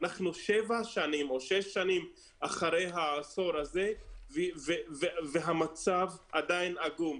אנחנו שבע שנים או שש שנים אחרי העשור הזה והמצב עדיין עגום.